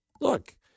Look